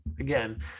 Again